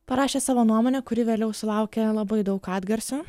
parašė savo nuomonę kuri vėliau sulaukė labai daug atgarsio